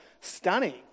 stunning